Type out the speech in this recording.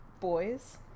boys